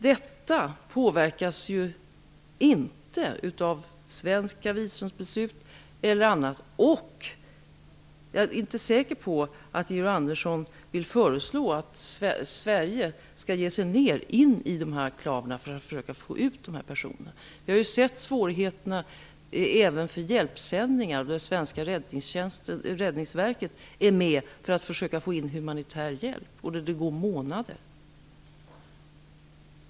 Detta påverkas inte av svenska visumbeslut eller annat. Jag är inte säker på att Georg Andersson vill föreslå att vi från Sverige skall ge oss ner till dessa enklaver för att få ut dessa personer. Vi har ju sett svårigheterna även för hjälpsändningar -- där svenska Räddningsverket är med för att försöka få in humanitär hjälp -- och där det går månader.